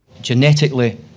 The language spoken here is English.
Genetically